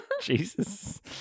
Jesus